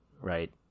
right